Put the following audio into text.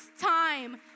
time